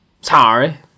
sorry